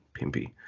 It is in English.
Pimpy